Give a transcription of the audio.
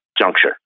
juncture